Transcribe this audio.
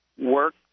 work